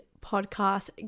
podcast